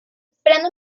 esperando